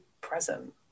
present